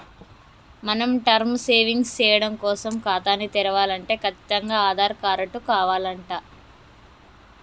మనం term savings సేయడం కోసం ఖాతాని తెరవలంటే కచ్చితంగా ఆధార్ కారటు కావాలంట